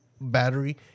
battery